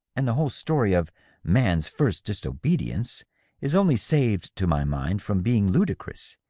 and the whole story of man's first disobedi ence' is only saved, to my mind, from being ludicrous,